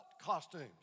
costumes